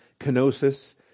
kenosis